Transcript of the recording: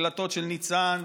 ההקלטות של ניצן,